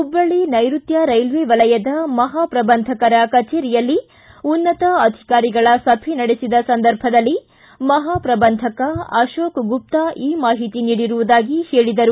ಹುಬ್ಬಳ್ಳಿ ನೈರುತ್ತ ರೇಲ್ವೆ ವಲಯದ ಮಹಾ ಪ್ರಬಂಧಕರ ಕಛೇರಿಯಲ್ಲಿ ಉನ್ನತ ಅಧಿಕಾರಿಗಳ ಸಭೆ ನಡೆಸಿದ ಸಂದರ್ಭದಲ್ಲಿ ಮಹಾಪ್ರಬಂಧಕ ಅಶೋಕ ಗುಪ್ತಾ ಈ ಮಾಹಿತಿ ನೀಡಿರುವುದಾಗಿ ಹೇಳಿದರು